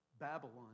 Babylon